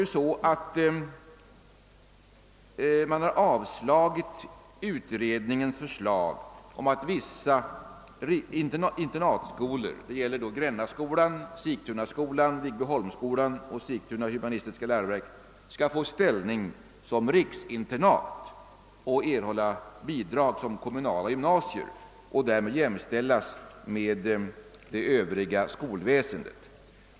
Utskottet har avstyrkt utredningens förslag om att vissa internatskolor — Grännaskolan, Sigtunaskolan, Viggbyholmsskolan samt Sigtuna humanistiska läroverk — skall få ställning som riksinternat och få bidrag enligt de grunder som gäller för kommunala gymnasier och därmed jämställas med det övriga skolväsendet.